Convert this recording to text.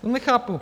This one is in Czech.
Nechápu.